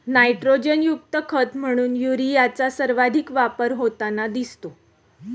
नायट्रोजनयुक्त खत म्हणून युरियाचा सर्वाधिक वापर होताना दिसतो